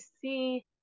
see